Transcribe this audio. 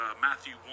Matthew